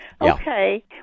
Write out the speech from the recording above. Okay